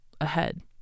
ahead